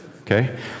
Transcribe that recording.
okay